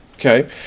Okay